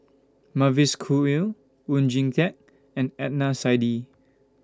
Mavis Khoo Oei Oon Jin Teik and Adnan Saidi